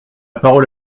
parole